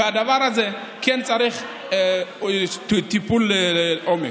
והדבר הזה כן צריך טיפול עומק.